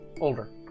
Older